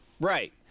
Right